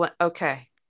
okay